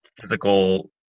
physical